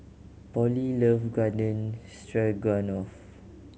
Pollie love Garden Stroganoff